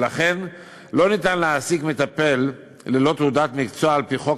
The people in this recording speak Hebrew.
ולכן לא ניתן להעסיק מטפל ללא תעודת מקצוע על-פי חוק